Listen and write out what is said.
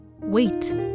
Wait